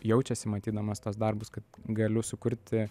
jaučiasi matydamas tuos darbus kad galiu sukurti